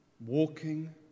walking